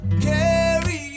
carry